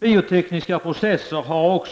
Biotekniska processer har